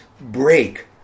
break